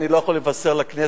אני לא יכול לבשר לכנסת,